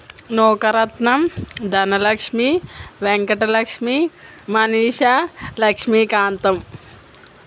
Nookaratnam Dhanalakshmi Venkatalakshmi Manisha Lakshmikantham